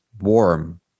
warm